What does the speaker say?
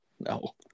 No